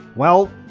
well,